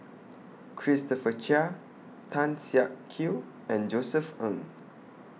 Christopher Chia Tan Siak Kew and Josef Ng